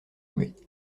muette